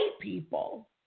people